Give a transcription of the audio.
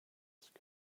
ask